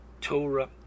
Torah